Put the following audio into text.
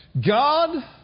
God